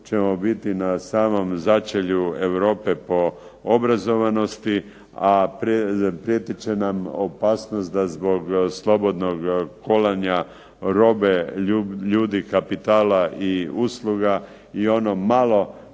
ćemo biti na samom začelju Europe po obrazovanosti, a prijetit će nam opasnost da zbog slobodnog kolanja robe, ljudi, kapitala i usluga i ono malo